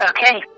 Okay